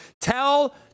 Tell